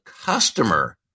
customer